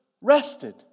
rested